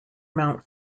mount